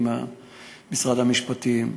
עם משרד המשפטים,